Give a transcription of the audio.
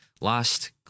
lost